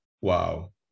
wow